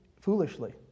foolishly